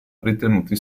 ritenuti